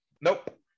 Nope